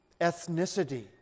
ethnicity